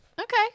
Okay